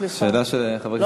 זו שאלה של חבר הכנסת משה גפני.